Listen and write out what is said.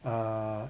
err